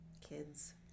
kids